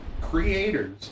creators